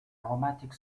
aromatic